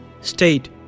state